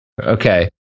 Okay